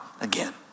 again